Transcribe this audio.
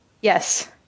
Yes